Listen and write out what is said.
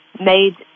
made